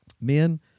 Men